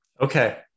Okay